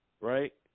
right